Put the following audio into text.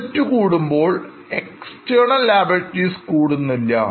Assets കൂടുമ്പോൾ External Laibilitiesകൂടുന്നില്ല